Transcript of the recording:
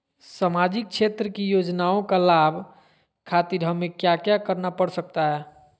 सामाजिक क्षेत्र की योजनाओं का लाभ खातिर हमें क्या क्या करना पड़ सकता है?